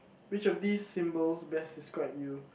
which of these symbols best describe you